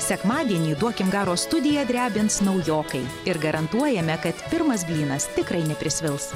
sekmadienį duokim garo studiją drebins naujokai ir garantuojame kad pirmas blynas tikrai neprisvils